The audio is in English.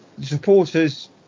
supporters